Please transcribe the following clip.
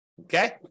okay